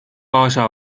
alguses